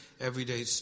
everyday